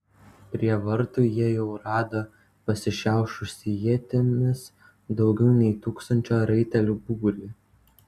prie vartų jie jau rado pasišiaušusį ietimis daugiau nei tūkstančio raitelių būrį